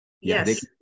Yes